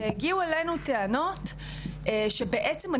הגיעו אלינו טענות שבעצם,